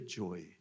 joy